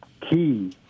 key